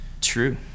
true